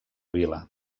vila